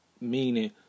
meaning